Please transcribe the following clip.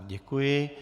Děkuji.